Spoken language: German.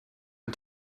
ein